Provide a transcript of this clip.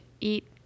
eat